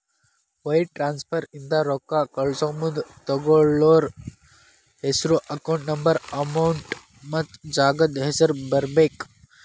wire transfer ಇಂದ ರೊಕ್ಕಾ ಕಳಸಮುಂದ ತೊಗೋಳ್ಳೋರ್ ಹೆಸ್ರು ಅಕೌಂಟ್ ನಂಬರ್ ಅಮೌಂಟ್ ಮತ್ತ ಜಾಗದ್ ಹೆಸರ ಬರೇಬೇಕ್